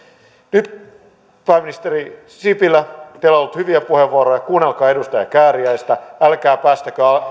nyt pääministeri sipilä teillä on ollut hyviä puheenvuoroja kuunnelkaa edustaja kääriäistä älkää päästäkö